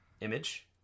Image